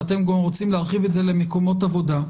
ואתם גם רוצים להרחיב את זה למקומות עבודה,